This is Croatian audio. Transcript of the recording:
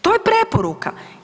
To je preporuka.